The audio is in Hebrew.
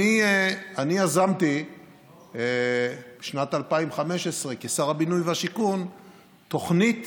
בשנת 2015 יזמתי כשר הבינוי והשיכון תוכנית